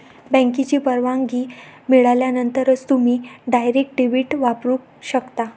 बँकेची परवानगी मिळाल्यानंतरच तुम्ही डायरेक्ट डेबिट वापरू शकता